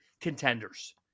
contenders